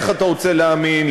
איך אתה רוצה להאמין,